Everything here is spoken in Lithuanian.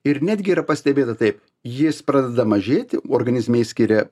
ir netgi yra pastebėta taip jis pradeda mažėti organizme išskiria